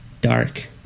dark